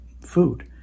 food